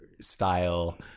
style